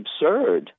absurd